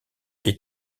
est